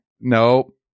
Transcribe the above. Nope